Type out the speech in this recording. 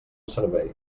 servei